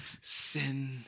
sin